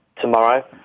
tomorrow